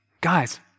Guys